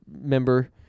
member